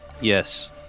Yes